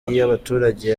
y’abaturage